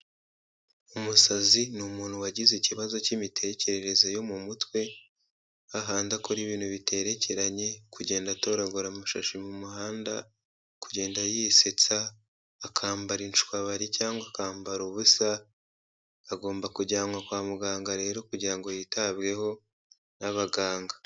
Umusazi ni umuntu wagize ikibazo cy'imitekerereze yo mu mutwe, hahandi akora ibintu biterekeranye, kugenda atoragura amashashi mu muhanda, kugenda yisetsa, akambara inshwabari cyangwa akambara ubusa, agomba kujyanwa kwa muganga rero kugira ngo yitabweho n'abaganga.